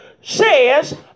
says